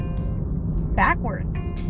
backwards